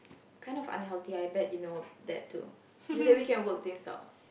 kind of unhealthy I bet you know of that too just that we can work things out